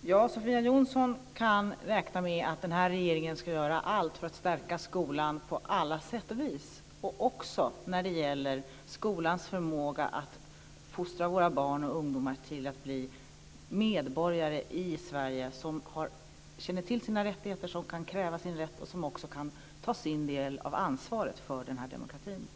Ja, Sofia Jonsson kan räkna med att regeringen ska göra allt för att stärka skolan på alla sätt och vis, även när det gäller skolans förmåga att fostra våra barn och ungdomar till medborgare i Sverige som känner till sina rättigheter och kan kräva sin rätt och som också kan ta sin del av ansvaret för demokratin.